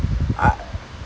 because it's legit like